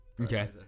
Okay